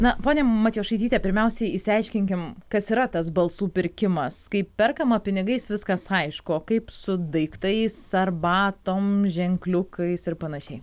na ponia matjošaityte pirmiausiai išsiaiškinkim kas yra tas balsų pirkimas kaip perkama pinigais viskas aišku kaip su daiktais arbatom ženkliukais ir panašiai